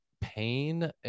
pain